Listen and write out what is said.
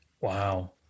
Wow